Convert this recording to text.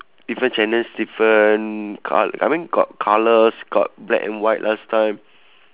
different channels different col~ I mean got colours got black and white last time